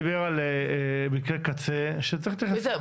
יעקב דיבר על מקרה קצה, שצריך להתייחס אליו.